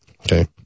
Okay